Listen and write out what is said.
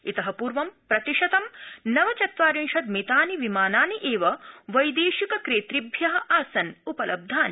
इत पूर्व प्रतिशतं नवचत्वारिंशत् मितानि विमानानि एव वैदेशिक केतृभ्य आसन् उपलब्धानि